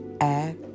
act